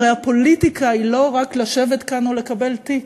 הרי הפוליטיקה היא לא רק לשבת כאן או לקבל תיק,